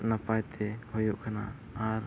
ᱱᱟᱯᱟᱭᱛᱮ ᱦᱩᱭᱩᱜ ᱠᱟᱱᱟ ᱟᱨ